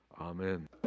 amen